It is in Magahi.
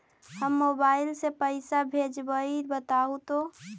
हम मोबाईल से पईसा भेजबई बताहु तो?